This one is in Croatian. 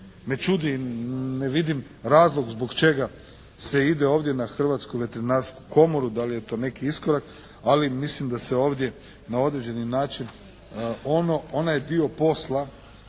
me čudi, ne vidim razlog zbog čega se ide ovdje na Hrvatsku veterinarsku komoru da li je to neki iskorak? Ali mislim da se ovdje na određeni način onaj dio posla